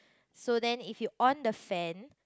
so then if you on the fan